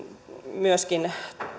myöskin